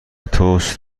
تست